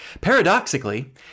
Paradoxically